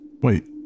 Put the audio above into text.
Wait